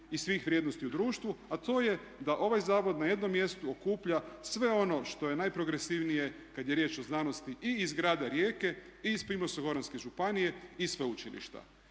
i svih vrijednosti u društvu, a to je da ovaj zavod na jednom mjestu okuplja sve ono što je najprogresivnije kada je riječ o znanosti i iz grada Rijeke i iz Primorsko-goranske županije i sveučilišta.